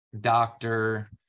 doctor